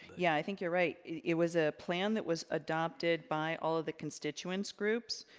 yeah, i think you're right. it was a plan that was adopted by all of the constituents groups,